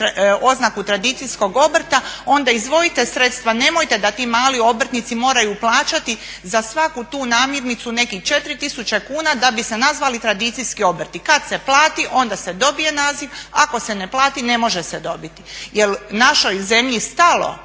oznaku tradicijskog obrta onda izdvojite sredstva, nemojte da ti mali obrtnici moraju plaćati za svaku tu namirnicu nekih 4 tisuće kuna da bi se nazvali tradicijski obrti. Kada se plati onda se dobije naziv, ako se ne plati ne može se dobiti. Je li našoj zemlji stalo